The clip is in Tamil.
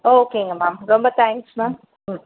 ஓகேங்க மேம் ரொம்ப தேங்க்ஸ் மேம் ம்